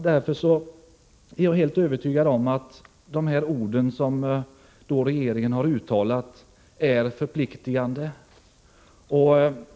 Därför är jag helt övertygad om att det som regeringen har uttalat är förpliktande.